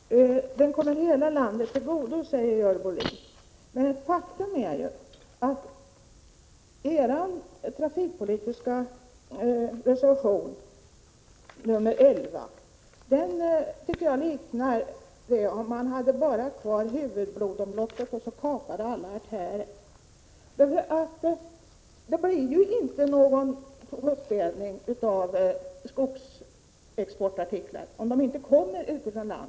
Herr talman! Det kommer hela landet till godo, säger Görel Bohlin. Men faktum är att jag tycker att er trafikpolitiska reservation, nr 11, ger samma bild som om man hade kvar bara huvudblodomloppet och kapade alla artärer. Det blir inte någon uppdelning av skogsexportartiklar om de inte kommer utifrån landet.